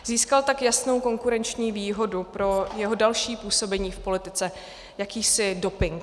Získal tak jasnou konkurenční výhodu pro své další působení v politice, jakýsi doping.